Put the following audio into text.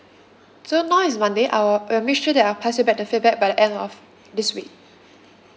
so now is monday I will I'll make sure that I'll pass you back the feedback by the end of this week